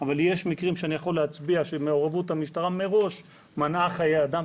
אבל יש מקרים שאני יכול להצביע שמעורבות המשטרה מראש מנעה חיי אדם,